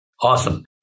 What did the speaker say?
Awesome